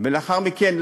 ולאחר מכן,